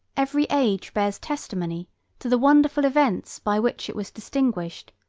every age bears testimony to the wonderful events by which it was distinguished,